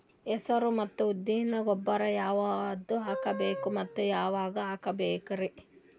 ಹೆಸರು ಮತ್ತು ಉದ್ದಿಗ ಗೊಬ್ಬರ ಯಾವದ ಹಾಕಬೇಕ ಮತ್ತ ಯಾವಾಗ ಹಾಕಬೇಕರಿ?